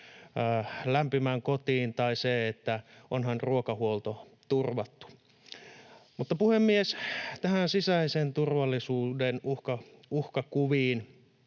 lämpimään kotiin tai onhan ruokahuolto turvattu. Puhemies! Sisäisen turvallisuuden uhkakuvista